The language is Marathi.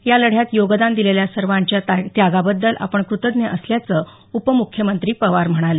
या लढ्यात योगदान दिलेल्या सर्वांच्या त्यागाबद्दल आपण कृतज्ञ असल्याचं पवार म्हणाले